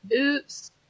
Oops